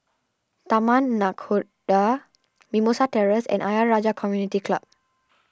Taman Nakhoda Mimosa Terrace and Ayer Rajah Community Club